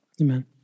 Amen